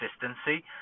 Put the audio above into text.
consistency